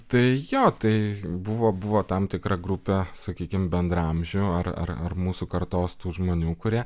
tai jo tai buvo buvo tam tikra grupė sakykim bendraamžių ar ar mūsų kartos tų žmonių kurie